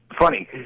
funny